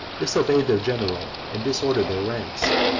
disobeyed their general, and disordered their ranks.